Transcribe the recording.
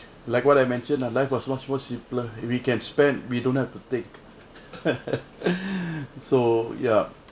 like what I mentioned lah that life was much simpler we can spend we don't have to think so ya